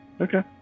Okay